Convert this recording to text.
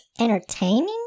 entertaining